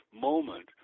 moment